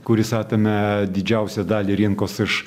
kuris atėmė didžiausią dalį rinkos iš